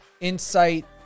insight